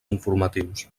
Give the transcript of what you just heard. informatius